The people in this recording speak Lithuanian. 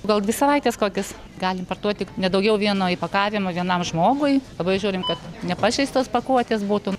gal dvi savaitės kokios galim parduoti ne daugiau vieno įpakavimo vienam žmogui labai žiūrime kad nepažeistos pakuotės būtų